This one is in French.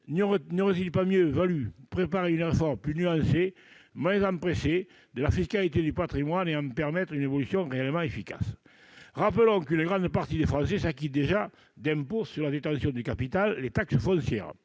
n'aurait-il pas mieux valu préparer une réforme plus nuancée, moins empressée, de la fiscalité du patrimoine et en permettre une évaluation réellement efficace ? Rappelons qu'une grande partie des Français s'acquittent déjà d'impôts sur la détention de capital : les taxes foncières.